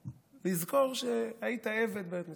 לזכור שהיית עבד בארץ מצרים.